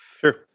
Sure